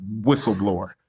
whistleblower